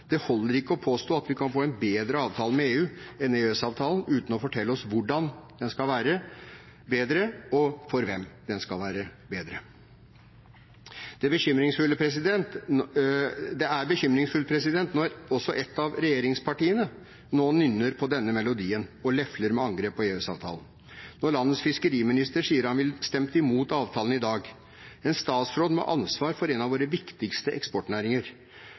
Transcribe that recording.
Det holder ikke å påstå at vi kan få en «bedre avtale» med EU enn EØS-avtalen, uten å fortelle oss hvordan den skal være bedre, og for hvem den skal være bedre. Det er bekymringsfullt når også et av regjeringspartiene nå nynner på denne melodien og lefler med angrep på EØS-avtalen, når landets fiskeriminister sier han ville stemt mot avtalen i dag – en statsråd med ansvar for en av våre viktigste eksportnæringer.